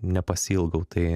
nepasiilgau tai